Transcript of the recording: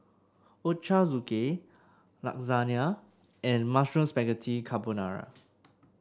Ochazuke Lasagna and Mushroom Spaghetti Carbonara